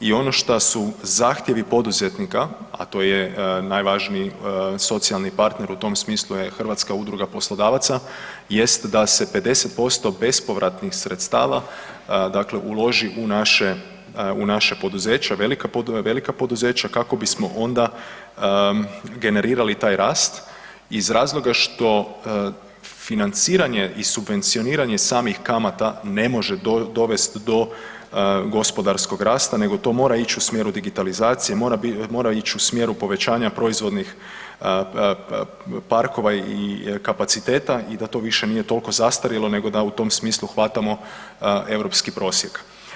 I ono šta su zahtjevi poduzetnika, a to je najvažniji socijalni partner u tom smislu je Hrvatska udruga poslodavaca jest da se 50% bespovratnih sredstava uloži u naša poduzeća, velika poduzeća kako bismo onda generirali taj rast iz razloga što financiranje i subvencioniranje samih kamata ne može dovest do gospodarskog rasta nego to mora ići u smjeru digitalizacije, mora ići u smjeru povećanja proizvodnih parkova i kapaciteta i da to više nije toliko zastarjelo nego da u tom smislu hvatamo europski prosjek.